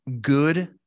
good